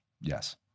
Yes